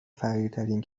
فقیرترین